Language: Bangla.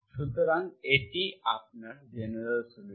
সুতরাং এটি আপনার জেনারেল সল্যুশন